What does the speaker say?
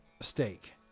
steak